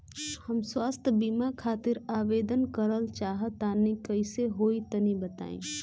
हम स्वास्थ बीमा खातिर आवेदन करल चाह तानि कइसे होई तनि बताईं?